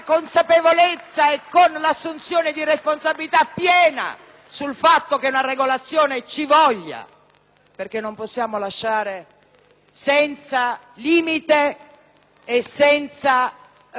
perché non possiamo lasciare senza limite e senza strategia la regolazione del fenomeno immigratorio. Non dobbiamo però far entrare